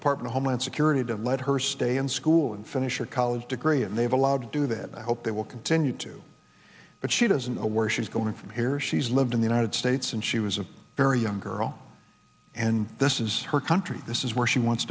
department of homeland security to let her stay in school and finish a college degree and they've allowed to do that i hope they will continue to but she doesn't know where she is going from here she's lived in the united states and she was a very young girl and this is her country this is where she wants